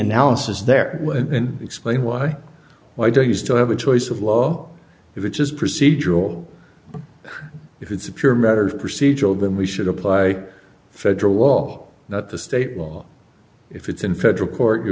analysis there and explain why why do you still have a choice of law which is procedural if it's a pure matter procedural then we should apply federal law not the state law if it's in federal court you